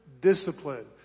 discipline